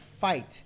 fight